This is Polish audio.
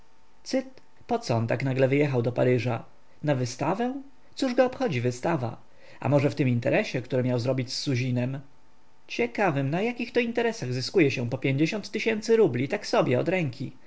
tak nagle wyjechał do paryża na wystawę cóż go obchodzi wystawa a może w tym interesie który miał zrobić z suzinem ciekawym na jakich to interesach zyskuje się po tysięcy rubli tak sobie od ręki